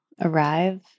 arrive